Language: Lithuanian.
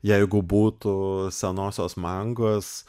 jeigu būtų senosios mangos